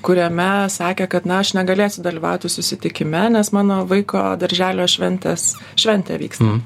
kuriame sakė kad na aš negalėsiu dalyvauti susitikime nes mano vaiko darželio šventės šventė vyksta